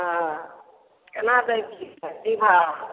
हँ केना दय छी ई सब की भाव